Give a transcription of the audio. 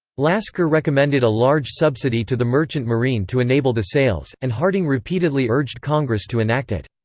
lasker recommended a large subsidy to the merchant marine to enable the sales, and harding repeatedly urged congress to enact it.